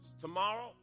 Tomorrow